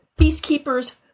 Peacekeepers